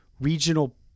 regional